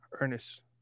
Ernest